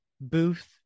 booth